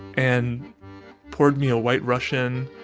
and poured me a white russian.